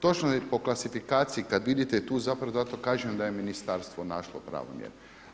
Točno je po klasifikaciji kada vidite, tu zapravo zato kažem da je ministarstvo našlo pravu mjeru.